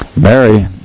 Mary